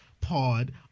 pod